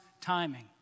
timing